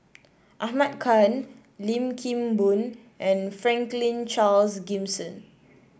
Ahmad Khan Lim Kim Boon and Franklin Charles Gimson